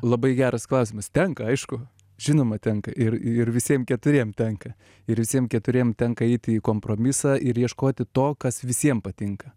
labai geras klausimas tenka aišku žinoma tenka ir ir visiem keturiem tenka ir visiem keturiem tenka eiti į kompromisą ir ieškoti to kas visiem patinka